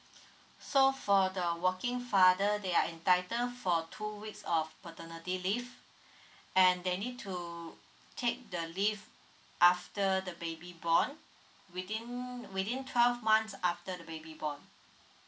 so for the working father they are entitle for two weeks of paternity leave and they need to take the leave after the baby born within within twelve months after the baby born